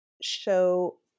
show